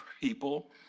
people